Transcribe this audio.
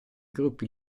gruppi